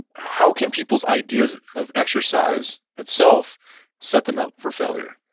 how can people's ideas of exercise itself set them up for failure?